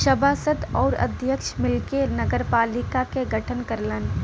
सभासद आउर अध्यक्ष मिलके नगरपालिका क गठन करलन